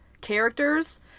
characters